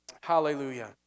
Hallelujah